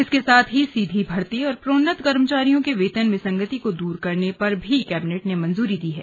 इसके साथ ही सीधी भर्ती और प्रोन्नत कर्मचारियों के वेतन विसंगति को दूर करने पर भी कैबिनेट ने मंजूरी दी है